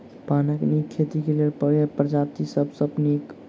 पानक नीक खेती केँ लेल केँ प्रजाति सब सऽ नीक?